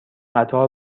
قطار